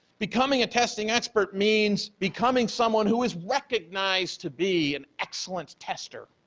becoming a testing expert means becoming someone who is recognized to be an excellent tester,